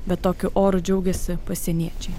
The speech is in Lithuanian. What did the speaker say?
bet tokiu oru džiaugiasi pasieniečiai